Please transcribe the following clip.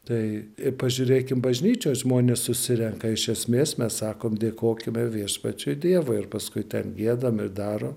tai ir pažiūrėkim bažnyčioj žmonės susirenka iš esmės mes sakom dėkokime viešpačiui dievui ir paskui ten giedam ir daro